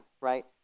right